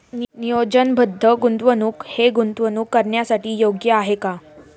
नियोजनबद्ध गुंतवणूक हे गुंतवणूक करण्यासाठी योग्य आहे का?